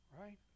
right